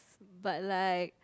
but like